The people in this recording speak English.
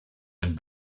and